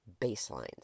baselines